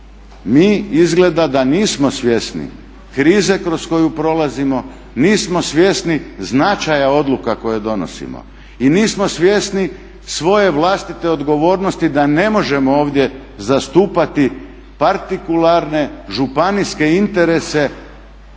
Mi izgleda da nismo svjesni krize kroz koju prolazimo, nismo svjesni značaja odluka koje donosimo i nismo svjesni svoje vlastite odgovornosti da ne možemo ovdje zastupati partikularne županijske interese